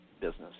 business